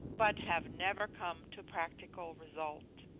but have never come to practical result.